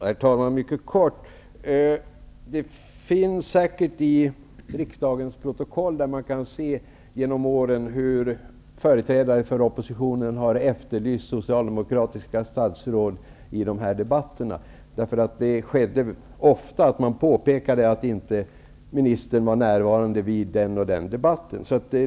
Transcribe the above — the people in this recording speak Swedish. Herr talman! Mycket kort: Man kan säkerligen i riksdagens protokoll under åren följa hur företrädare för oppositionen har efterlyst socialdemokratiska statsråd i de här debatterna. Man påpekade ofta att ministern inte var närvarande vid den eller den debatten.